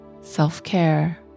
self-care